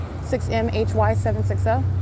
6MHY760